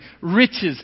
riches